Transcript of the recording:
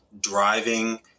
driving